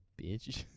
bitch